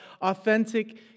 authentic